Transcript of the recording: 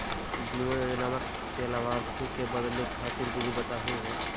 बीमा योजना के लाभार्थी क बदले खातिर विधि बताही हो?